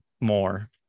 more